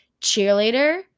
cheerleader